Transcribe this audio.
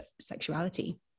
sexuality